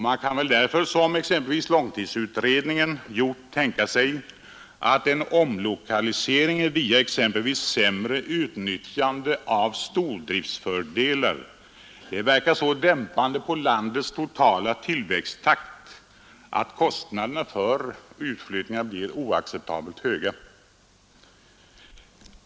Man kan väl därför, som exempelvis långtidsutredningen gjort, tänka sig att en omlokalisering exempelvis via sämre utnyttjande av stordriftens fördelar verkar så dämpande på den totala tillväxttakten i landet att kostnaderna för utflyttningarna blir oacceptabelt höga.